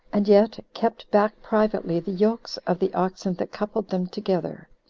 and yet kept back privately the yokes of the oxen that coupled them together.